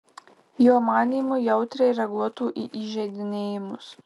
jo manymu jautriai reaguotų į įžeidinėjimus